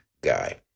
guy